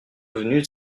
devenue